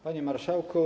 Panie Marszałku!